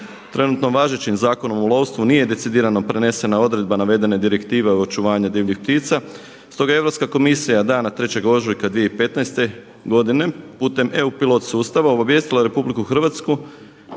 Trenutno važećim Zakonom o lovstvu nije decidirano prenesena odredba navedene Direktive o očuvanju divljih ptica stoga je Europska komisija dana 3. ožujka 2015. godine putem EU pilot sustava obavijestila RH da